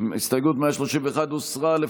הסתייגות 131 הוסרה.